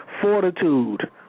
fortitude